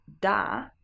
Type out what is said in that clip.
da